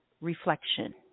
reflection